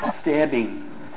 stabbing